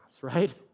right